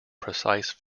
precise